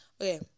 okay